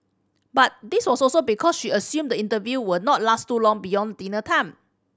but this was also because she assumed the interview will not last too long beyond dinner time